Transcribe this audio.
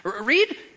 Read